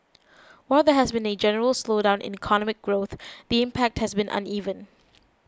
while there has been a general slowdown in economic growth the impact has been uneven